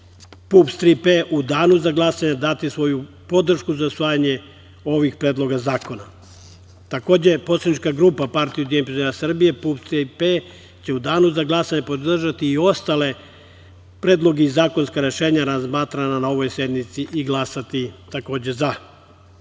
P“ u danu za glasanje dati svoju podršku za usvajanje ovih predloga zakona. Takođe, Poslanička grupa PUPS – „Tri P“ će u danu za glasanje će podržati i ostale predloge i zakonska rešenje razmatra na ovoj sednici i glasati takođe